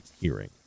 hearing